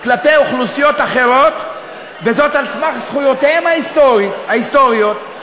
כלפי אוכלוסיות אחרות על סמך זכויותיהם ההיסטוריות,